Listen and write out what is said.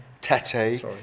Tete